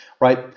right